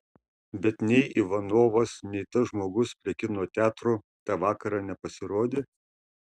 bet nei ivanovas nei tas žmogus prie kino teatro tą vakarą nepasirodė